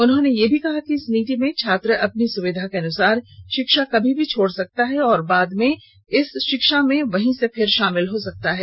उन्होंने यह भी कहा कि इस नीति में छात्र अपनी सुविधा के अनुसार शिक्षा कभी भी छोड़ सकता है और बाद में इस शिक्षा में वही से फिर शामिल हो सकता है